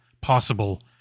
possible